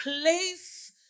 place